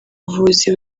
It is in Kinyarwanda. buvuzi